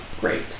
great